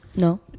No